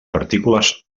partícules